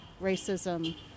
racism